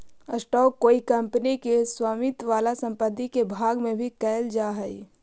stock कोई company के स्वामित्व वाला संपत्ति के भाग के भी कहल जा हई